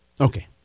Okay